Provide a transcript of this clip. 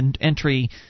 entry